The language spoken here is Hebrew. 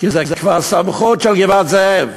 כי זה כבר סמכות של גבעת-זאב,